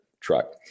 truck